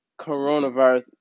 coronavirus